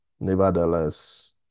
nevertheless